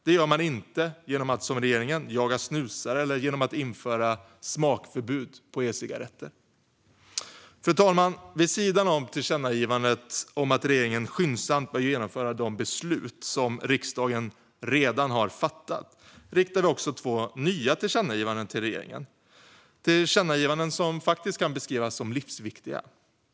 Det gör man inte genom att som regeringen jaga snusare eller genom att införa smakförbud på e-cigaretter. Fru talman! Vid sidan om förslaget till tillkännagivandet om att regeringen skyndsamt bör genomföra de beslut som riksdagen redan har fattat föreslår vi också två nya tillkännagivanden till regeringen. De kan faktiskt beskrivas som livsviktiga.